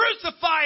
crucify